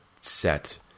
set